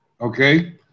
okay